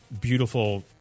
beautiful